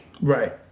Right